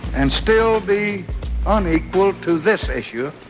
and still be unequal to this issue,